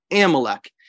Amalek